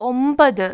ഒമ്പത്